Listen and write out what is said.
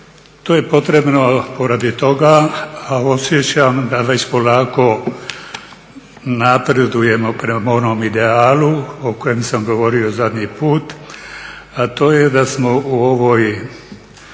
To je potrebno poradi toga, a osjećam da već polako napredujemo prema onom idealu o kojem sam govorio zadnji put, a to je da smo u ovoj